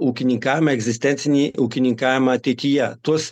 ūkininkavimą egzistencinį ūkininkavimą ateityje tuos